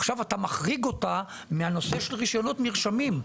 עכשיו אתה מחריג אותה מהנושא של רישיונות מרשמים.